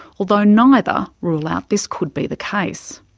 although neither rule out this could be the case.